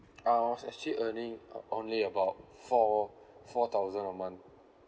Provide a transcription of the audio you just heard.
uh I was actually earning uh only about four four thousand a month